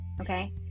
okay